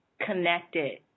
connected